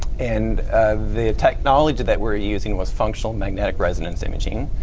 and the technology that we're using was functional magnetic resonance image.